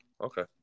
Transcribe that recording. Okay